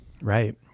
right